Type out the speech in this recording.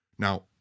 Now